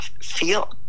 feel